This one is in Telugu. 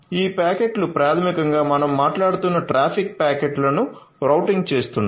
ఈ ప్యాకెట్లు ప్రాథమికంగా మనం మాట్లాడుతున్న ట్రాఫిక్ ప్యాకెట్లను రౌటింగ్ చేస్తున్నాయి